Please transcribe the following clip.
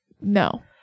no